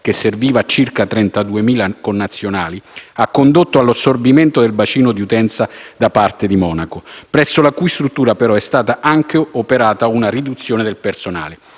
che serviva circa 32.000 connazionali, ha condotto all'assorbimento del bacino di utenza da parte di Monaco, presso la cui struttura però è stata anche operata una riduzione del personale.